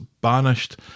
banished